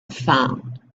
phone